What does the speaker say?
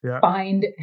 find